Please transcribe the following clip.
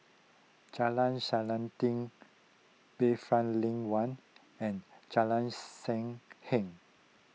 Jalan Selanting Bayfront Lane one and Jalan Sam Heng